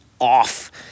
off